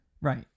right